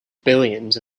billions